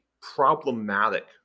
problematic